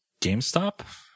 GameStop